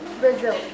Brazil